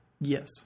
Yes